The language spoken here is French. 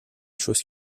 chose